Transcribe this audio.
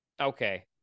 Okay